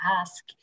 ask